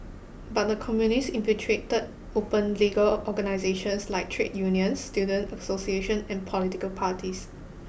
but the Communists infiltrated open legal organisations like Trade Unions student association and political parties